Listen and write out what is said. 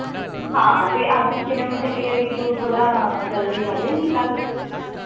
ਹਾਂ ਤੇ ਅੱਜ ਕੀ ਨਾਮ ਹੈਗੇ ਵੀ ਤੂੰ ਥੋੜਾ ਜਲਦੀ ਆ ਜਾਏਗੀ ਕੱਲ